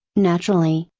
naturally,